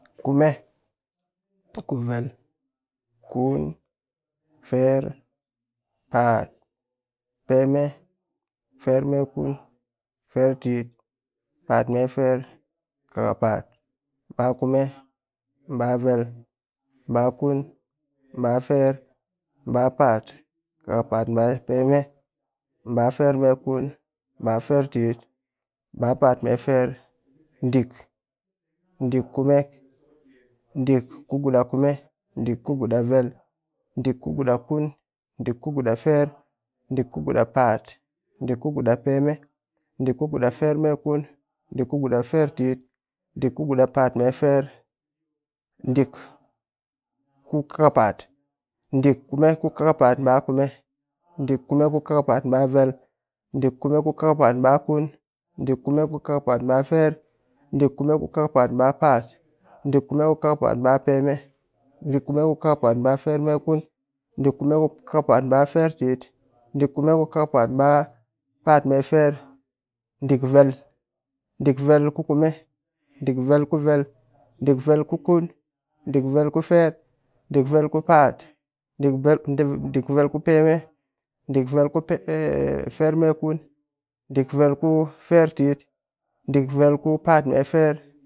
Kume, ku vel, kun, ferr pa'at, peme, ferr me kun ferr tit, pa'at me ferr, kakpa'at, ɓakume ɓavel, ɓakun, ɓaferr, ɓapa'at kakapa'at ba peme, ba ferr me kun, ba ferr tit, ba pa'at me ferr, ɗɨk, ɗɨk kume, ɗɨ ku kuda kume, ɗɨk ku kuda vel, ɗɨk ku kuda kun, ɗɨ ku kuda ferr, ɗɨk ku kuda pa'at, ɗik ku kda peme, ɗik ku kuda ferr me kun ɗik ku kuda ferr tit, ɗik ku kuda pa'at me ferr, ɗik ku kakapa'at, ɗik kume ku kakapa'at ba kume, ɗk kume ku kakapa'at ba vel, ɗik kume ku kakapa't ba kun, ɗik kume ku kakap'at ba ferr, ɗik kume ku kakapa'at ba pa'at, ɗik kume mu kakapa'at ba peme, dik kume ku kakapa'at ba ferr me kun ɗik kume ku kakapa'at ba ferr tit, ɗik kume ku kakapa'at pa'at me ferr, ɗik vel, ɗik vel ku kume ɗik vel ku vel, ɗik vel ku kun, ɗik vel ku ferr, ɗik vel ku pa'at, ɗik vel ku ɗik vel ku peme, ɗik vel ku pe ferr me kun, ɗik vel ku ferr tit, ɗik vel ku pa'at me ferr.